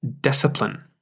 discipline